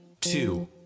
two